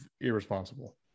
irresponsible